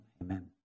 amen